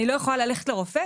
אני לא יכולה ללכת לרופא?